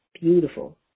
beautiful